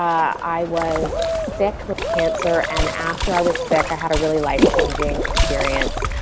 i was sick with cancer and after i was sick, i had a really life changing experience.